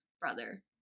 brother